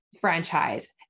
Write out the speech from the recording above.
franchise